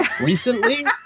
recently